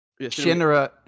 Shinra